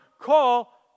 call